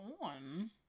on